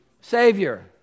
Savior